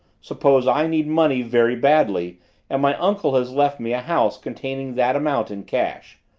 suppose i need money very badly and my uncle has left me a house containing that amount in cash.